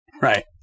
right